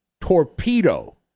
torpedo